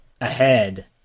ahead